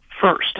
first